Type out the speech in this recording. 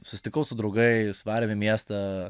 susitikau su draugais varėm į miestą